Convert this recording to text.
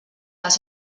les